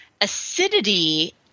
acidity